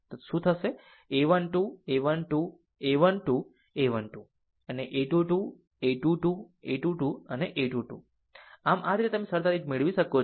A 1 2 a 1 2 a 1 2 a 1 2 અને a 2 2 a 2 2 a 2 2 a 2 2 આમ આ રીતે તમે સરળતાથી મેળવી શકો છો